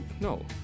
no